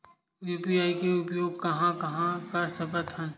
UPI के उपयोग कहां कहा कर सकत हन?